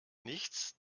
nichts